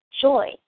joy